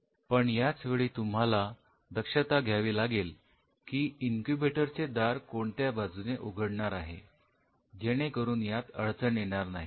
पण याच वेळी तुम्हाला दक्षता घ्यावी लागेल की इनक्यूबेटर चे दार कोणत्या बाजूने उघडणार आहे जेणेकरून त्यात अडचण येणार नाही